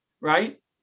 right